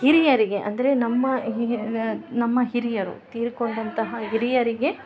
ಹಿರಿಯರಿಗೆ ಅಂದರೆ ನಮ್ಮ ಹಿರಿಯ ನಮ್ಮ ಹಿರಿಯರು ತಿರ್ಕೊಂಡ ಅಂತಹ ಹಿರಿಯರಿಗೆ